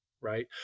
right